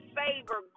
favor